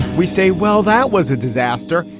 we say, well, that was a disaster,